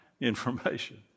information